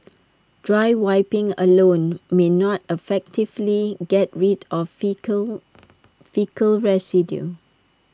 dry wiping alone may not effectively get rid of faecal faecal residue